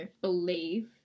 believe